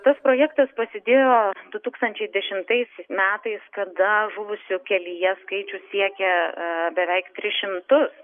tas projektas prasidėjo du tūkstančiai dešimtais metais kada žuvusių kelyje skaičius siekė beveik tris šimtus